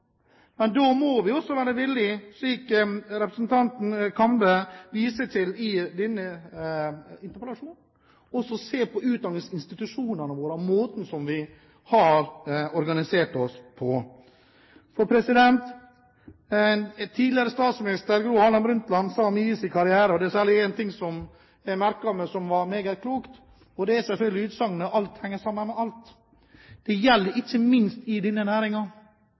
Men da må vi også være villige til, slik representanten Kambe viser til i denne interpellasjonen, å se på utdanningsinstitusjonene våre og på måten vi har organisert dem på. Tidligere statsminister Gro Harlem Brundtland sa mye i sin karriere, og det er særlig en ting jeg merket meg, som var meget klokt, og det er selvfølgelig utsagnet om at alt henger sammen med alt. Det gjelder ikke minst i denne